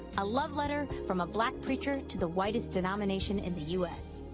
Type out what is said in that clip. a love letter from a black preacher to the whitest denomination in the u s.